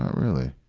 really.